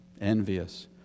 Envious